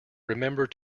remember